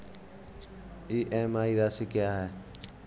EMI राशि क्या है?